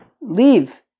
leave